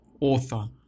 author